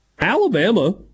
Alabama